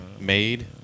Made